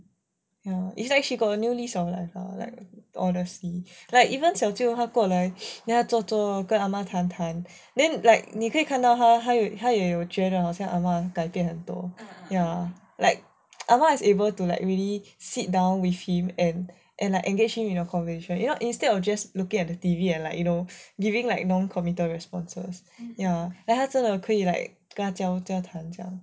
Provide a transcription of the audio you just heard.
ya lor is like she got a new lease of life ah like honestly like even 小舅他过来 then 他坐坐跟 ah ma 谈谈 then like 你可以看到他也有觉得好像 ah ma 改变很多 ya like ah ma is able to like really sit down with him and and like engage him in a conversation you know instead of just looking at the T_V and like you know giving like non committal responses ya then 他真的可以 like 跟他交谈这样